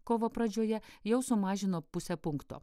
kovo pradžioje jau sumažino puse punkto